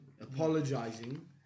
apologizing